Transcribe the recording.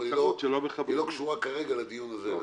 אבל היא לא קשורה כרגע לדיון הזה.